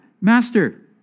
master